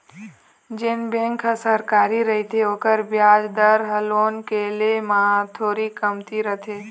जेन बेंक ह सरकारी रहिथे ओखर बियाज दर ह लोन के ले म थोरीक कमती रथे